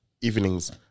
evenings